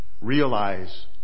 realize